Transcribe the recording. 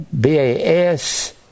B-A-S